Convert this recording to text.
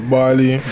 Bali